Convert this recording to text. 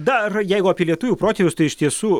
dar jeigu apie lietuvių protėvius tai iš tiesų